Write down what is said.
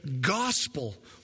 gospel